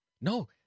No